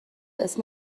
اسم